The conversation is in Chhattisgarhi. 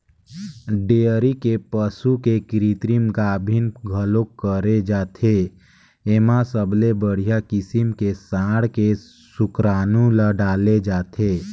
डेयरी के पसू के कृतिम गाभिन घलोक करे जाथे, एमा सबले बड़िहा किसम के सांड के सुकरानू ल डाले जाथे